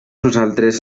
nosaltres